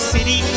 City